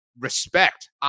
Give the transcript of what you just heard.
Respect